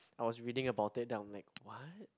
I was reading about it and then I'm like what